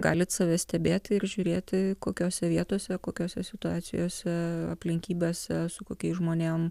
galit save stebėti ir žiūrėti kokiose vietose kokiose situacijose aplinkybėse su kokiais žmonėm